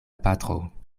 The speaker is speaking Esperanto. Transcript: patro